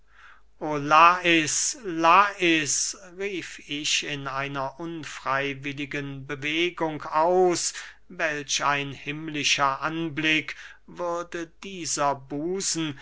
ich in einer unfreywilligen bewegung aus welch ein himmlischer anblick würde dieser busen